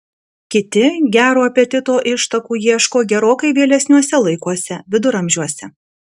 kiti gero apetito ištakų ieško gerokai vėlesniuose laikuose viduramžiuose